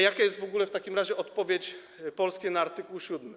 Jaka jest w ogóle w takim razie odpowiedź Polski na art. 7?